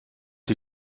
die